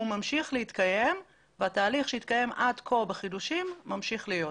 והוא ממשיך להתקיים והתהליך שהתקיים עד כה בחידושים ממשיך להיות.